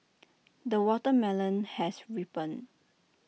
the watermelon has ripened